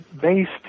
based